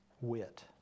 Wit